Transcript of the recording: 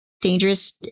dangerous